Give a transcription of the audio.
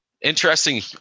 interesting